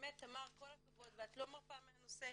באמת תמר, כל הכבוד, ואת לא מרפה מהנושא.